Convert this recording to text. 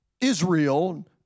Israel